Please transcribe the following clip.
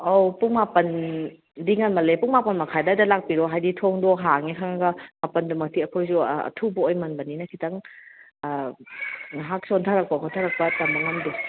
ꯑꯥꯎ ꯄꯨꯡ ꯃꯥꯄꯟꯗꯤ ꯉꯟꯃꯜꯂꯦ ꯄꯨꯡ ꯃꯥꯄꯟ ꯃꯈꯥꯏ ꯑꯗꯨꯋꯥꯏꯗ ꯂꯥꯛꯄꯤꯔꯣ ꯍꯥꯏꯕꯗꯤ ꯊꯣꯡꯗꯣ ꯍꯥꯡꯉꯤ ꯈꯪꯉꯒ ꯃꯥꯄꯟꯗꯃꯛꯇꯤ ꯑꯩꯈꯣꯏꯁꯨ ꯑꯊꯨꯕ ꯑꯣꯏꯃꯟꯕꯅꯤꯅ ꯈꯤꯇꯪ ꯉꯥꯏꯍꯥꯛ ꯆꯣꯟꯊꯔꯛꯄ ꯈꯣꯠꯊꯔꯛꯄ ꯇꯝꯕ ꯉꯝꯗꯦ